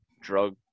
drug